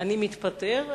אני מתפטר.